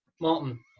Martin